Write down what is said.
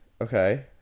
Okay